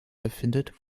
befindet